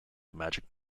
magic